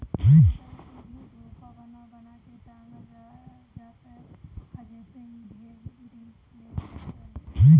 मकई के भी झोपा बना बना के टांगल जात ह जेसे इ ढेर दिन ले रहत जाए